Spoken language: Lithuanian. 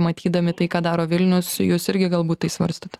matydami tai ką daro vilnius jus irgi galbūt tai svarstote